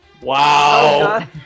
Wow